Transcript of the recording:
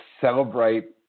celebrate